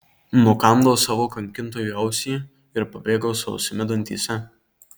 nukandau savo kankintojui ausį ir pabėgau su ausimi dantyse